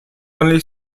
only